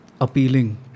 appealing